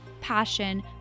passion